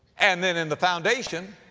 and then in the foundation,